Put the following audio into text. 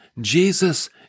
Jesus